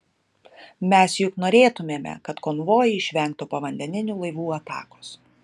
mes juk norėtumėme kad konvojai išvengtų povandeninių laivų atakos